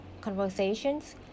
conversations